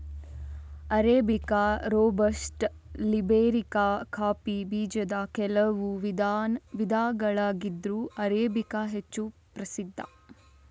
arabica, robusta, liberica coffee ಬೀಜದ ಕೆಲವು ವಿಧಗಳಾಗಿದ್ರೂ ಅರೇಬಿಕಾ ಹೆಚ್ಚು ಪ್ರಸಿದ್ಧ